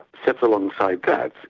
set alongside that,